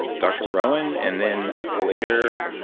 dr. rowen, and then later.